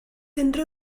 unrhyw